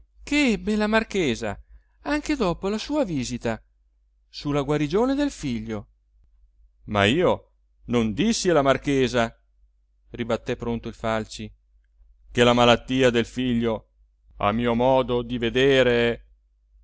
che ebbe la marchesa anche dopo la sua visita su la guarigione del figlio ma io non dissi alla marchesa ribatté pronto il falci che la malattia del figlio a mio modo di vedere